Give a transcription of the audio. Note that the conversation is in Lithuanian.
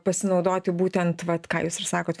pasinaudoti būtent vat ką jūs ir sakot